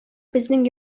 безнең